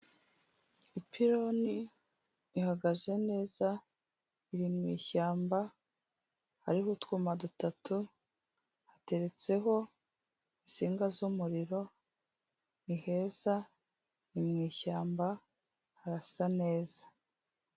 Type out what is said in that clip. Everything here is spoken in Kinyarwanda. Ipironi ihagaze neza iri mu ishyamba, hariho utwuma dutatu, hateretseho insinga z'umuriro, ni heza, ni mu ishyamba, harasa neza.